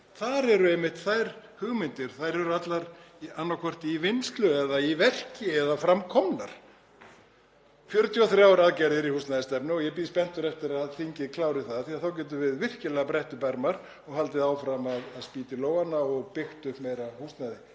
Þar eru einmitt þær hugmyndir, þær eru allar annaðhvort í vinnslu eða í verki eða komnar fram. 43 aðgerðir í húsnæðisstefnu og ég bíð spenntur eftir að þingið klári það. Þá getum við virkilega brett upp ermar og haldið áfram að spýta í lófana og byggt upp meira húsnæði,